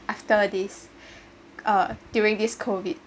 after this uh during this COVID